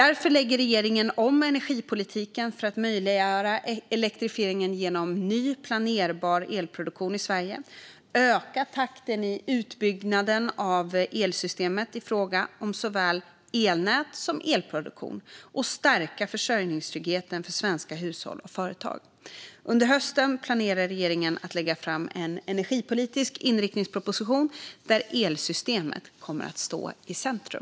Regeringen lägger därför om energipolitiken för att möjliggöra elektrifieringen genom ny planerbar elproduktion i Sverige, öka takten i utbyggnaden av elsystemet i fråga om såväl elnät som elproduktion och stärka försörjningstryggheten för svenska hushåll och företag. Under hösten planerar regeringen att lägga fram en energipolitisk inriktningsproposition där elsystemet kommer att stå i centrum.